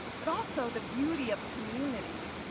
but also the beauty of community.